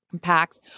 packs